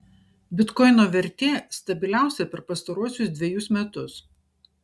bitkoino vertė stabiliausia per pastaruosius dvejus metus